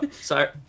sorry